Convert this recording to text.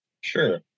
Sure